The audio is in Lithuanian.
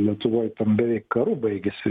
lietuvoj beveik karu baigėsi